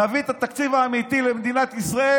את התקציב האמיתי למדינת ישראל